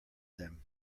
them